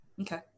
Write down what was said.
Okay